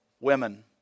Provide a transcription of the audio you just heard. Women